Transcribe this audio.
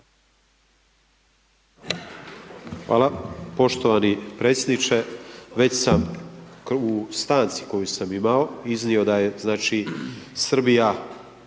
Hvala, poštovani predsjedniče već sam u stanci koju sam imao iznio da je znači